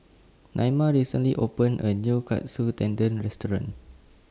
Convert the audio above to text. Naima recently opened A New Katsu Tendon Restaurant